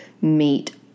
meet